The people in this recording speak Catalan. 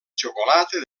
xocolata